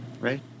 Right